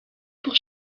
pour